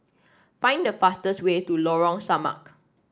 find the fastest way to Lorong Samak